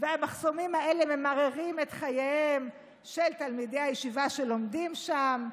והמחסומים האלה ממררים את חייהם של תלמידי הישיבה שלומדים שם,